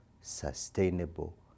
sustainable